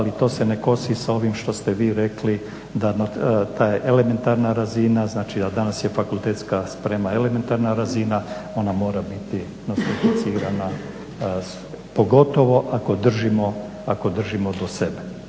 ali to se ne kosi sa ovim što ste vi rekli da ta elementarna razina, znači a danas je fakultetska sprema elementarna razina ona mora biti nostrificirana pogotovo ako držimo do sebe